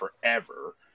forever